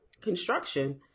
construction